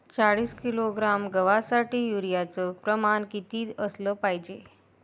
चाळीस किलोग्रॅम गवासाठी यूरिया च प्रमान किती असलं पायजे?